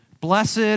Blessed